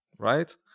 right